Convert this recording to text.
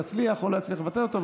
יצליח או לא יצליח לבטל אותו,